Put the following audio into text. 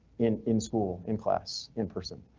in in school, in class, in person,